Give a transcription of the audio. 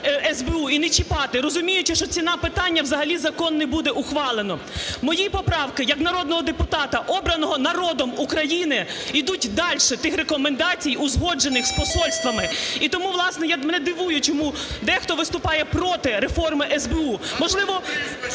і не чіпати, розуміючи, що ціна питання – взагалі закон не буде ухвалено. Мої поправки як народного депутата, обраного народом України, ідуть дальше тих рекомендацій, узгоджених з посольствами. І тому, власне, мене дивує, чому дехто виступає проти реформи СБУ.